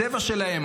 הצבע שלהן,